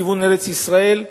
לכיוון ארץ-ישראל.